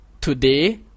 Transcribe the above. Today